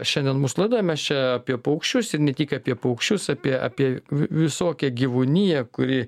šiandien mūsų laidoj mes čia apie paukščius ir ne tik apie paukščius apie apie visokią gyvūniją kuri